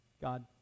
God